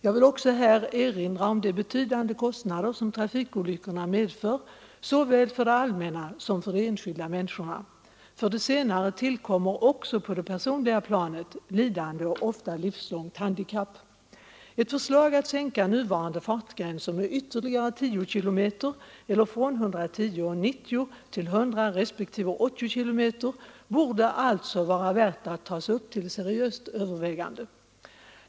Jag vill också erinra om de betydande kostnader som trafikolyckorna medför, såväl för det allmänna som för de enskilda människorna. För de senare tillkommer också på det personliga planet lidande och ofta livslångt handikapp. Ett förslag att sänka nuvarande fartgränser med ytterligare 10 km tim borde alltså vara värt att tas upp till seriöst övervägande.